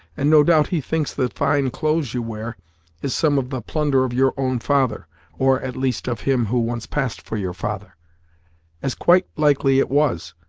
and no doubt he thinks the fine clothes you wear is some of the plunder of your own father or, at least, of him who once passed for your father as quite likely it was,